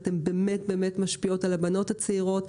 אתן באמת משפיעות על הבנות הצעירות.